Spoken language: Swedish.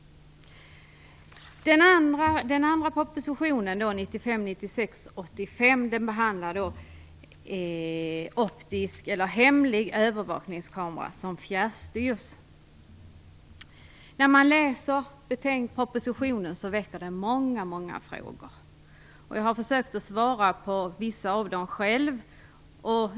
Den andra propositionen, 1995/96:85, behandlar hemlig övervakningskamera som fjärrstyrs. När man läser propositionen väcker den många frågor. Jag har försökt att svara på vissa av dem själv.